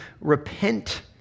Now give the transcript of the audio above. repent